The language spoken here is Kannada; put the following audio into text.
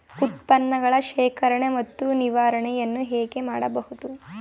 ಉತ್ಪನ್ನಗಳ ಶೇಖರಣೆ ಮತ್ತು ನಿವಾರಣೆಯನ್ನು ಹೇಗೆ ಮಾಡಬಹುದು?